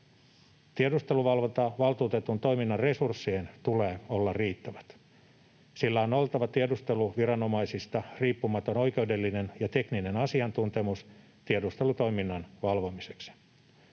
Tiedusteluvalvontavaltuutetun toiminnan resurssien tulee olla riittävät. Sillä on oltava tiedusteluviranomaisista riippumaton oikeudellinen ja tekninen asiantuntemus tiedustelutoiminnan valvomiseksi.